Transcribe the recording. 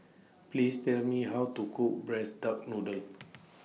Please Tell Me How to Cook Braised Duck Noodle